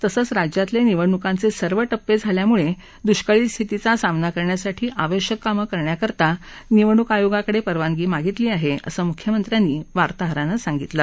तसंच राज्यातले निवडणुकांचे सर्व टप्पे झाल्यामुळे दुष्काळी स्थितीचा सामना करण्यासाठी आवश्यक कामं करण्याकरिता निवडणूक आयोगाकडे परवानगी मागितली आहे असं मुख्यमंत्र्यांनी यावेळी वार्ताहरांना सांगितलं